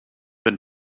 been